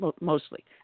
mostly